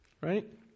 Right